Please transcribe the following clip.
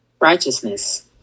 Righteousness